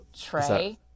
trey